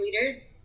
leaders